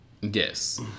Yes